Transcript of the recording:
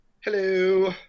Hello